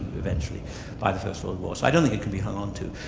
eventually by the first world war. so i don't think it can be hung on to.